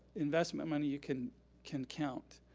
investment money you can can count.